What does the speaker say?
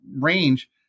range